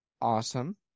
Awesome